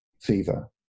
fever